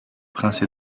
prince